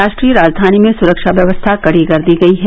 राष्ट्रीय राजधानी में सुरक्षा व्यवस्था कड़ी कर दी गई है